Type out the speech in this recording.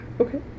okay